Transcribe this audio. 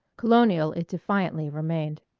colonial it defiantly remained.